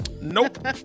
Nope